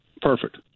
perfect